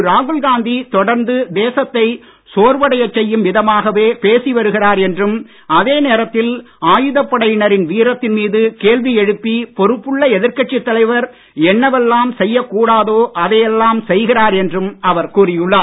திரு ராகுல்காந்தி தொடர்ந்து தேசத்தை சோர்வடையச் செய்யும் விதமாகவே பேசி வருகிறார் என்றும் அதே நேரத்தில் ஆயுதப்படையினரின் வீரத்தின் மீது கேள்வி எழுப்பி பொறுப்புள்ள எதிர்கட்சித் தலைவர் என்னவெல்லாம் செய்யக் கூடாதோ அதையெல்லாம் செய்கிறார் என்றும் அவர் கூறி உள்ளார்